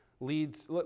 leads